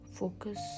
Focus